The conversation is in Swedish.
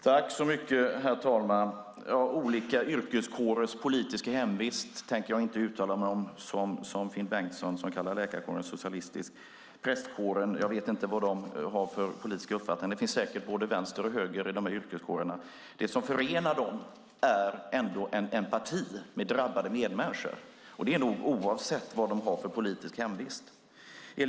Herr talman! Olika yrkeskårers politiska hemvist tänker jag inte uttala mig om. Det gör Finn Bengtsson, som kallar läkarkåren socialistisk. Jag vet inte vilken politisk uppfattning prästkåren har. Det finns säkert både vänster och höger i båda yrkeskårerna. Det som förenar dem är ändå en empati med drabbade medmänniskor, och det är nog oavsett vilken politisk hemvist de har.